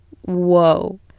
Whoa